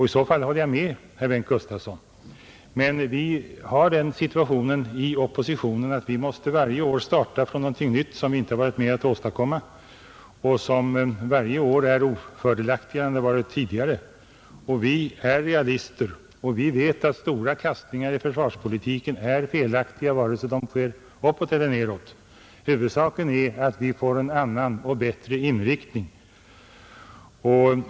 I så fall håller jag med herr Gustavsson. Men situationen för oppositionen är den att vi varje år måste starta från någonting nytt som vi inte har varit med om att åstadkomma och som varje år är ofördelaktigare än tidigare. Och vi är realister; vi vet att stora kastningar i försvarspolitiken är felaktiga vare sig de sker uppåt eller nedåt. Huvudsaken är att vi får en annan och bättre inriktning.